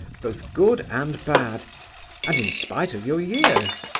both good and bad and in spite of your years.